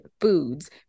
foods